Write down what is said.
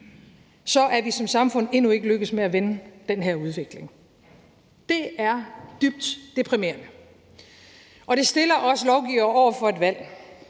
er vi som samfund endnu ikke lykkedes med at vende den her udvikling. Det er dybt deprimerende, og det stiller os lovgivere over for et valg.